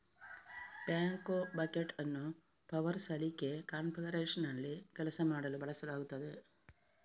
backhoe bucket ಅನ್ನು power ಸಲಿಕೆ ಕಾನ್ಫಿಗರೇಶನ್ನಲ್ಲಿ ಕೆಲಸ ಮಾಡಲು ಬಳಸಲಾಗುತ್ತದೆ